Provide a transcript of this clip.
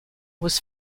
was